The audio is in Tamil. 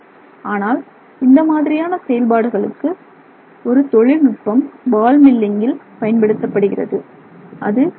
ஆனால் இந்த மாதிரியான செயல்பாடுகளுக்கு ஒரு தொழில்நுட்பம் பால் மில்லிங்கில் பயன்படுத்தப்படுகிறது அது எக்ஸ்